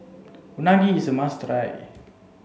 Unagi is a must try